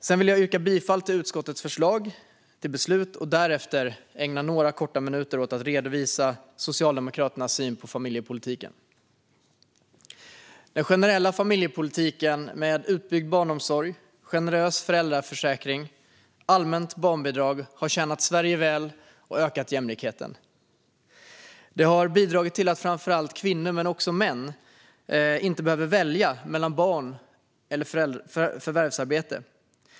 Sedan vill jag yrka bifall till utskottets förslag till beslut och därefter ägna några korta minuter åt att redovisa Socialdemokraternas syn på familjepolitiken. Den generella familjepolitiken med en utbyggd barnomsorg, en generös föräldraförsäkring och allmänt barnbidrag har tjänat Sverige väl och ökat jämlikheten. Det har bidragit till att framför allt kvinnor, men också män, inte behöver välja mellan barn och förvärvsarbete.